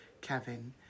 Kevin